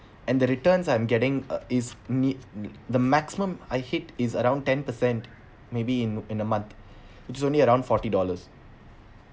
and the returns I'm getting uh is need the maximum I hit is around ten per cent maybe in in a month it's only around forty dollars